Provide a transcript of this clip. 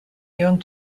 young